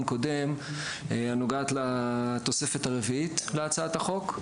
קודם שנוגעת לתוספת הרביעית להצעת החוק.